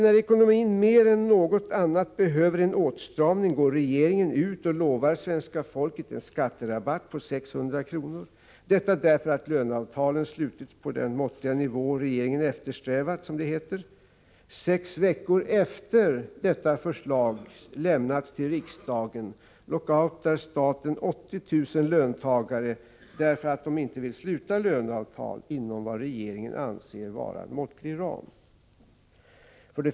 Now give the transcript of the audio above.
När ekonomin mer än något annat behöver en åtstramning går regeringen ut och lovar svenska folket en skatterabatt på 600 kr., därför att löneavtalen slutits på den måttliga nivå regeringen eftersträvat, som det heter. Sex veckor efter det att detta förslag lämnats till riksdagen lock-outar staten 80 000 löntagare därför att de inte vill sluta löneavtal inom det som regeringen anser vara en måttlig ram.